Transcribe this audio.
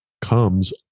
comes